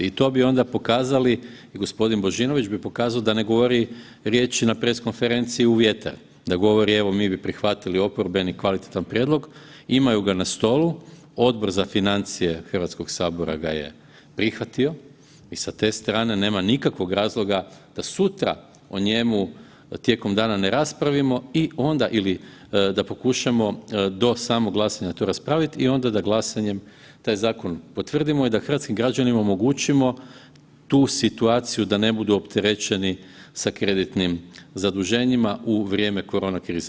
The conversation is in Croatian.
I to bi onda pokazali, g. Božinović bi pokazao da ne govori riječi na pres konferenciji u vjetar, da govori evo mi bi prihvatili oporbeni kvalitetan prijedlog, imaju ga na stolu, Odbor za financije HS ga je prihvatio i sa te strane nema nikakvog razloga da sutra o njemu tijeku dana ne raspravimo i onda ili da pokušamo do samog glasanja to raspravit i onda da glasanjem taj zakon potvrdimo i da hrvatskim građanima omogućimo tu situaciju da ne budu opterećeni sa kreditnim zaduženjima u vrijeme koronakrize.